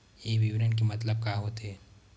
ये विवरण के मतलब का होथे?